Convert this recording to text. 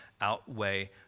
outweigh